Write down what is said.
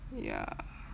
ya